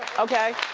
okay?